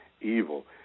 evil